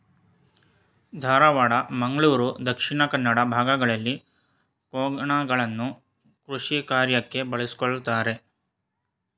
ಧಾರವಾಡ, ಮಂಗಳೂರು ದಕ್ಷಿಣ ಕನ್ನಡ ಭಾಗಗಳಲ್ಲಿ ಕೋಣಗಳನ್ನು ಕೃಷಿಕಾರ್ಯಕ್ಕೆ ಬಳಸ್ಕೊಳತರೆ